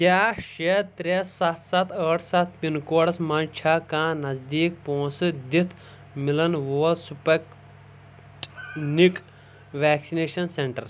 کیٛاہ شیے ترے ستھ ستھ ٲٹھ ستھ پِن کوڈس مَنٛز چھا کانٛہہ نزدیٖک پونٛسہٕ دِتھ ملن وول سٕپُٹنِک ویکسِنیشن سینٹر